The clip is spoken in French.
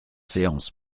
séance